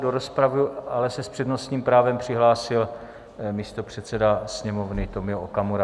Do rozpravy se ale s přednostním právem přihlásil místopředseda Sněmovny Tomio Okamura.